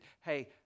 Hey